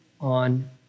on